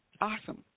awesome